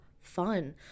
fun